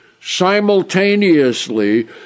simultaneously